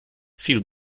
fill